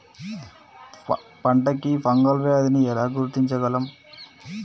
పంట కి ఫంగల్ వ్యాధి ని ఎలా గుర్తించగలం?